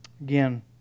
Again